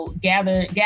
gather